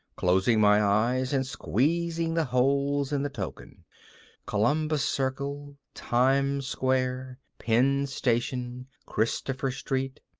closing my eyes and squeezing the holes in the token columbus circle, times square, penn station, christopher street.